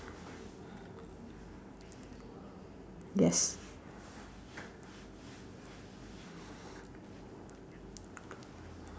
yes